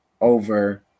over